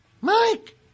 Mike